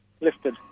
lifted